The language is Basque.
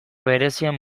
berezien